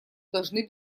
должны